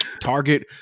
Target